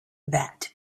that